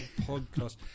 podcast